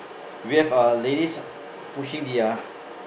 we have a ladies pushing their